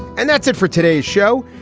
and that's it for today's show.